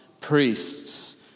priests